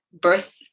birth